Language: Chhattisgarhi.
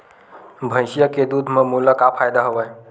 भैंसिया के दूध म मोला का फ़ायदा हवय?